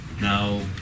Now